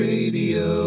Radio